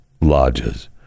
lodges